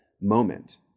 moment